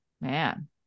Man